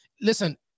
Listen